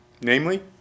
namely